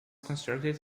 constructed